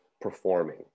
performing